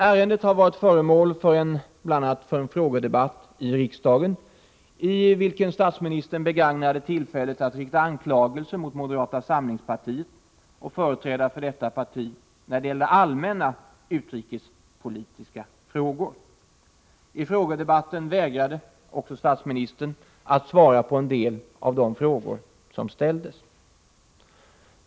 Ärendet har varit föremål för bl.a. en frågedebatt i riksdagen, i vilken statsministern begagnade tillfället att rikta anklagelser mot moderata samlingspartiet och företrädare för detta parti när det gäller allmänna utrikespolitiska frågor. I frågedebatten vägrade statsministern att svara på en del av de frågor som ställdes.